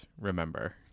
remember